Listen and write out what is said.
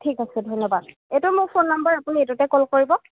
ঠিক আছে ধন্যবাদ এইটো মোৰ ফোন নাম্বাৰ আপুনি এইটোতে ক'ল কৰিব